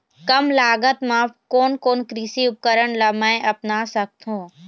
कम लागत मा कोन कोन कृषि उपकरण ला मैं अपना सकथो?